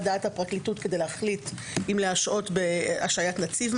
דעת הפרקליטות כדי להחליט אם להשעות בהשעיית נציב,